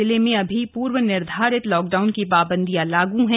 जिले में अभी पूर्व निर्धारित लॉकडाउन की पाबंदियां लागू हैं